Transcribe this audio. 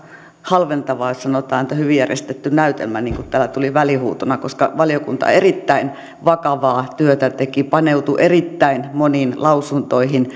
halventavaa jos sanotaan että hyvin järjestetty näytelmä niin kuin täällä tuli välihuutona koska valiokunta erittäin vakavaa työtä teki paneutui erittäin moniin lausuntoihin